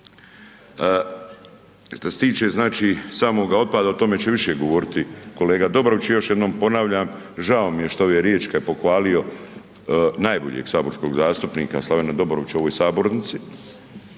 Što se tiče znači samoga otpada o tome će više govoriti kolega Dobrović i još jednom ponavljam, žao mi je što ove riječi kada je pohvalio najboljeg saborskog zastupnika Slavena Dobrovića u ovoj sabornici,